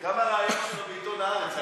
גם הריאיון שלו בעיתון "הארץ"